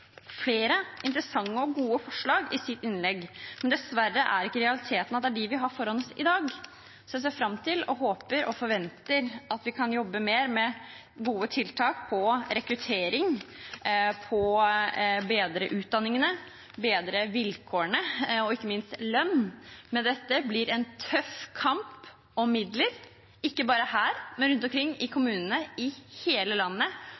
flere interessante og gode forslag i sitt innlegg, men dessverre er ikke realiteten at det er disse vi har foran oss i dag. Jeg ser fram til, håper og forventer at vi kan jobbe mer med gode tiltak når det gjelder rekruttering – for å bedre utdanningene, bedre vilkårene og ikke minst lønn. Men dette blir en tøff kamp om midler, ikke bare her, men rundt omkring i kommunene i hele landet.